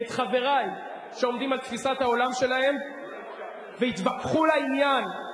את חברי שעומדים על תפיסת העולם שלהם ויתווכחו לעניין,